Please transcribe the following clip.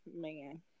man